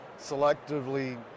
selectively